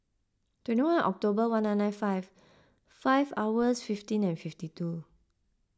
twenty one October one nine nine five five hours fifteen fifty two